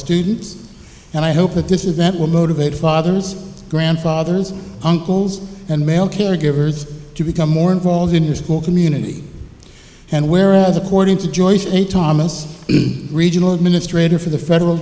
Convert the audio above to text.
students and i hope that this is that will motivate fathers grandfathers uncles and male caregivers to become more involved in your school community and whereas according to joyce a thomas regional administrator for the federal